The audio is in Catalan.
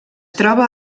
troba